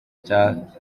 cya